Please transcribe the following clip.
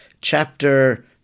Chapter